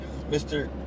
Mr